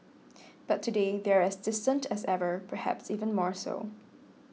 but today they are as distant as ever perhaps even more so